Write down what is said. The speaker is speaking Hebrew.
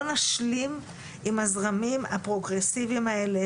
לא נשלים עם הזרמים הפרוגרסיביים האלה,